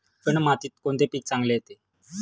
Chicken मातीत कोणते पीक चांगले येते?